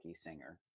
singer